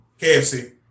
KFC